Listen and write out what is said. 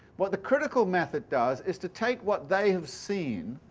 what the critical method does is to take what they have seen,